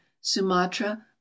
sumatra